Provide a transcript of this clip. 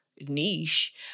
niche